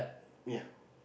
ya